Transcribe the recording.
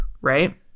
right